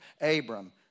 Abram